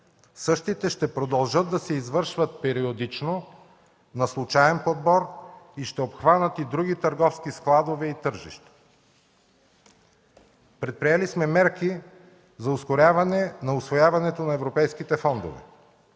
Същите ще продължат да се извършват периодично, на случаен подбор и ще обхванат и други търговски складове и тържища. Предприели сме мерки за ускоряване на усвояването на европейските фондове.